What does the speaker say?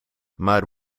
mud